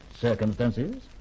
Circumstances